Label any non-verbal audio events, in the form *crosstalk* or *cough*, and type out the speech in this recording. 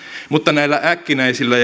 mutta näillä äkkinäisillä *unintelligible*